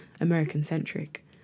American-centric